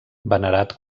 venerat